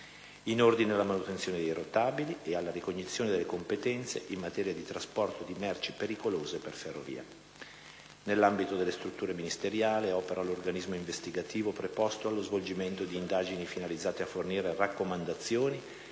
in ordine alla manutenzione dei rotabili ed alla ricognizione delle competenze in materia di trasporto di merci pericolose per ferrovia. Nell'ambito delle strutture ministeriali opera l'organismo investigativo preposto allo svolgimento di indagini finalizzate a fornire raccomandazioni